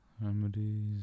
Remedies